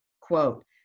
quote